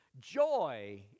joy